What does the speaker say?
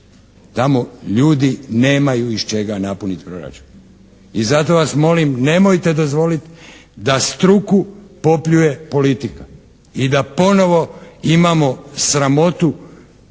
Tamo ljudi nemaju iz čega napuniti proračun. I zato vas molim, nemojte dozvoliti da struku popljuje politika i da ponovno imamo sramotu,